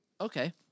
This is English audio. Okay